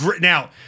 Now